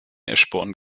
eschborn